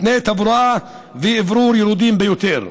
ותנאי התברואה והאוורור ירודים ביותר.